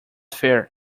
fair